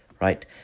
right